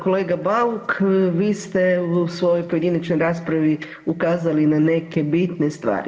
Kolega Bauk, vi ste u svojoj pojedinačnoj raspravi ukazali na neke bitne stvari.